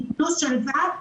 ייתנו שלווה,